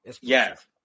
Yes